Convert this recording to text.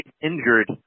injured